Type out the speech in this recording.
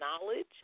knowledge